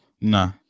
Nah